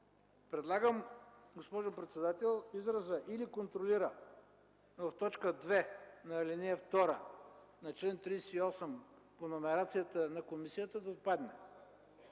Предлагам, госпожо председател, изразът „или контролира” в т. 2, ал. 2 на чл. 38 по номерацията на комисията да отпадне.